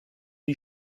die